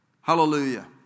Hallelujah